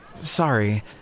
Sorry